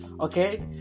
Okay